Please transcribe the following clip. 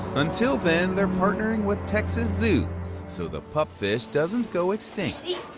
until then they're partnering with texas zoos so the pupfish doesn't go extinct. you